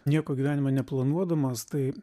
nieko gyvenime neplanuodamas tai